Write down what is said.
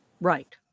Right